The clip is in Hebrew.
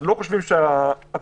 זה נושא מורכב,